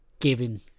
given